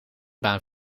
baan